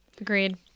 agreed